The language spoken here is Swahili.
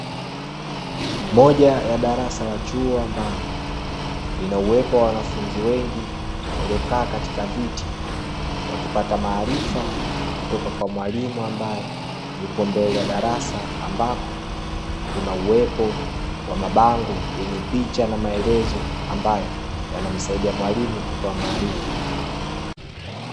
Moja ya darasa la chuo ambalo lina uwepo wa wanafunzi wengi waliokaa katika viti, wakipata maarifa kutoka kwa mwalimu, ambae yupo mbele ya darasa, ambako kuna uwepo wa mabango yenye picha, na maelezo ambayo yanamsaidia mwalimu kutoa maarifa.